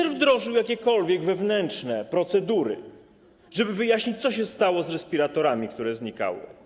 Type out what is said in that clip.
czy wdrożył jakiekolwiek wewnętrzne procedury, żeby wyjaśnić, co się stało z respiratorami, które znikały?